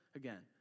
again